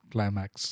Climax